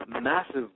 massive